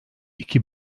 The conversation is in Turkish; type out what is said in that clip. iki